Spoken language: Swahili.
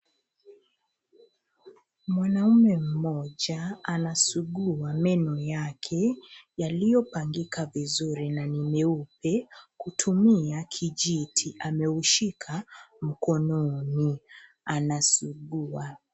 Mwanaume mmoja anasugua meno yake yaliyopangika vizuri na ni meupe, kutumia kijiti ameushika mkononi, anasugua.